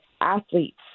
athletes